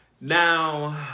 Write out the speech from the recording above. Now